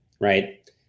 right